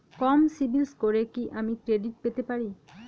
কম সিবিল স্কোরে কি আমি ক্রেডিট পেতে পারি?